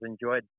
enjoyed